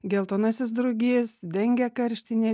geltonasis drugys dengė karštinė